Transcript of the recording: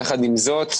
יחד עם זאת,